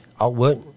outward